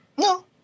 No